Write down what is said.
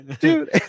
dude